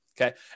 okay